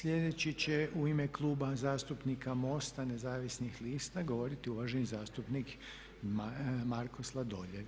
Sljedeći će u ime Kluba zastupnika MOST-a nezavisnih lista govoriti uvaženi zastupnik Marko Sladoljev.